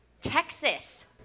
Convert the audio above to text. Texas